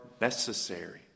necessary